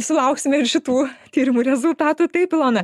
sulauksime ir šitų tyrimų rezultatų taip ilona